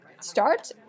start